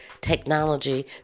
technology